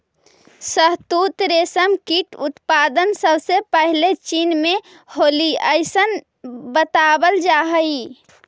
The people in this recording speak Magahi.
शहतूत रेशम कीट उत्पादन सबसे पहले चीन में होलइ अइसन बतावल जा हई